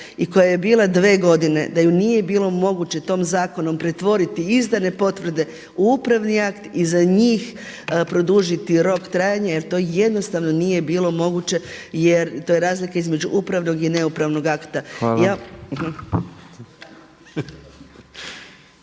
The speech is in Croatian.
i koja je bila dve godine da ju nije bilo moguće tom zakonom pretvoriti izdane potvrde u upravni akt i za njih produžiti rok trajanja jer to jednostavno nije bilo moguće jer to je razlika između upravnog i neupravnog akta.